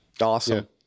Awesome